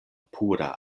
pura